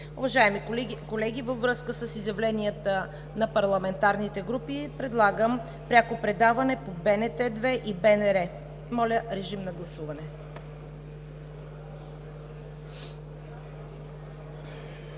Уважаеми колеги, във връзка с изявленията на парламентарните групи предлагам пряко предаване по БНТ 2 и БНР. Моля, режим на гласуване.